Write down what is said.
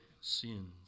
sins